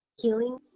healing